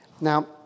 Now